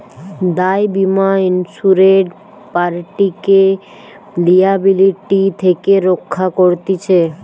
দায় বীমা ইন্সুরেড পার্টিকে লিয়াবিলিটি থেকে রক্ষা করতিছে